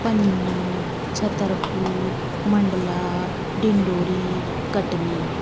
Panna Chhatarpur Mandla Dindori Katni